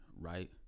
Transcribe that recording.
right